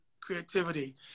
creativity